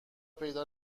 پیدا